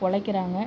உழைக்கிறாங்க